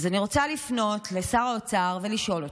אז אני רוצה לפנות לשר האוצר ולשאול אותו: